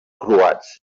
croats